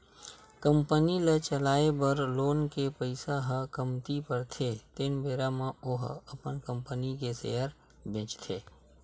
company ल चलाए बर लोन के पइसा ह कमती परथे तेन बेरा म ओहा अपन कंपनी के सेयर बेंचथे